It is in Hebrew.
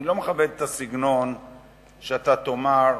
אני לא מכבד את הסגנון שבו אתה תאמר: